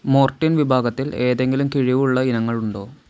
Mortein വിഭാഗത്തിൽ എന്തെങ്കിലും കിഴിവുള്ള ഇനങ്ങൾ ഉണ്ടോ